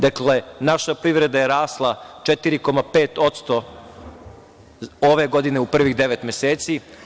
Dakle, naša privreda je rasla 4,5% ove godine u prvih devet meseci.